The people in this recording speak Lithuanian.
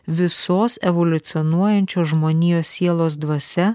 visos evoliucionuojančios žmonijos sielos dvasia